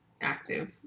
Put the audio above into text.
active